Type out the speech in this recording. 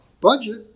budget